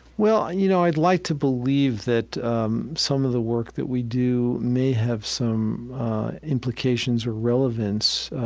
well, you know, i'd like to believe that um some of the work that we do may have some implications or relevance